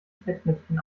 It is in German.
fettnäpfchen